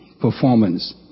performance